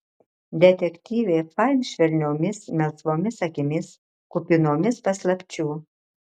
detektyvė fain švelniomis melsvomis akimis kupinomis paslapčių